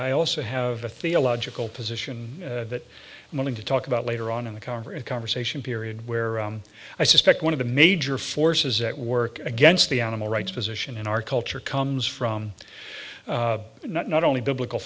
i also have a theological position that i'm willing to talk about later on in the current conversation period where i suspect one of the major forces at work against the animal rights position in our culture comes from not only biblical